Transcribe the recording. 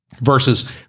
Versus